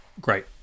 great